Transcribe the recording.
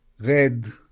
red